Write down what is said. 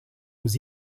aux